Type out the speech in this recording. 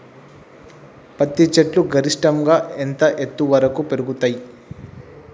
పత్తి చెట్లు గరిష్టంగా ఎంత ఎత్తు వరకు పెరుగుతయ్?